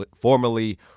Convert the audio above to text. formerly